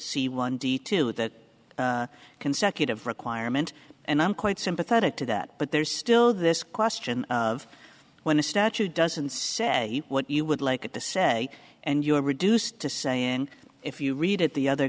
see one detail that consecutive requirement and i'm quite sympathetic to that but there's still this question of when a statute doesn't say what you would like it to say and you're reduced to saying if you read it the other